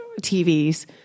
TVs